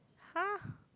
!huh!